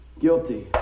guilty